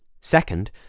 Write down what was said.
Second